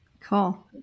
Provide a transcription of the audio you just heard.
Cool